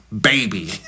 Baby